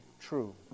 true